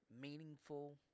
meaningful